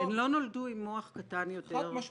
הן לא נולדו עם מוח קטן יותר -- חד-משמעית.